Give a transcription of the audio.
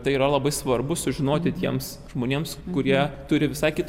tai yra labai svarbu sužinoti tiems žmonėms kurie turi visai kitokią patirtį